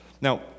Now